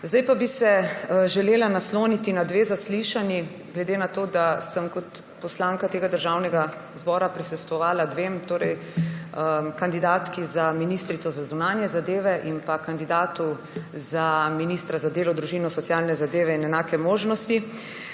Zdaj pa bi se želela nasloniti na dve zaslišanji, glede na to, da sem kot poslanka tega državnega zbora prisostvovala dvema, kandidatke za ministrico za zunanje zadeve in kandidata za ministra za delo, družino, socialne zadeve in enake možnosti.